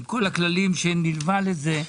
עם כל הכללים שנלווים לזה,